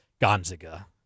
Gonzaga